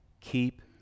keep